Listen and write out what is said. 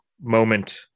moment